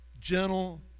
gentle